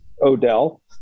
Odell